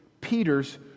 Peter's